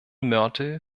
mörtel